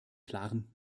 klaren